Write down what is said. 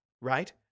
Right